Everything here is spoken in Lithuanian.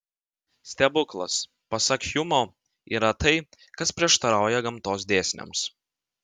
stebuklas pasak hjumo yra tai kas prieštarauja gamtos dėsniams